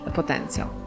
potencjał